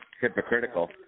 hypocritical